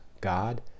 God